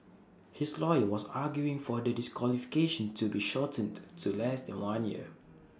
his lawyer was arguing for the disqualification to be shortened to less than one year